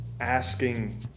asking